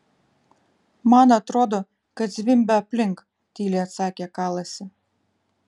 man atrodo kad zvimbia aplink tyliai atsakė kalasi